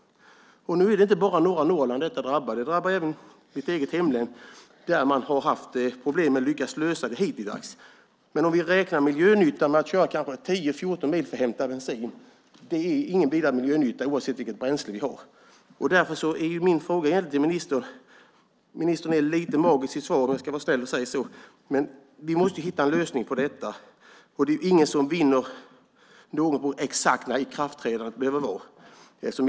Detta drabbar inte endast norra Norrland. Det drabbar även mitt hemlän där man haft problem men hittills lyckats lösa dem. Om vi räknar miljönyttan av att kanske behöva köra 10-14 mil för att hämta bensin inser vi att det inte är någon vidare miljönytta med det, oavsett vilket bränsle vi har. Vi måste hitta en lösning på detta. Ingen vinner något på ett exakt ikraftträdande, inte miljön i alla fall.